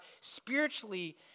spiritually